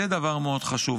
זה דבר מאוד חשוב.